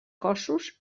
cossos